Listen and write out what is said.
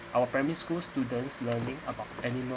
our primary school students learning about animals